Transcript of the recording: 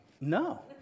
no